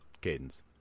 cadence